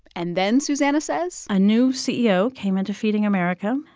and then, susannah says. a new ceo came into feeding america.